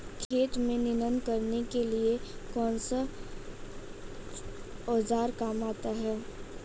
खेत में निनाण करने के लिए कौनसा औज़ार काम में आता है?